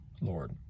Lord